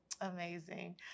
Amazing